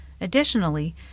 Additionally